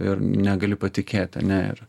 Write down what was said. ir negali patikėt ane ir